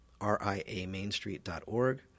riamainstreet.org